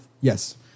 Yes